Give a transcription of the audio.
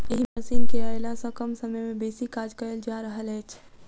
एहि मशीन केअयला सॅ कम समय मे बेसी काज कयल जा रहल अछि